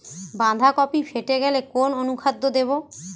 বাঁধাকপি ফেটে গেলে কোন অনুখাদ্য দেবো?